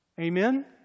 Amen